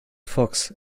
fox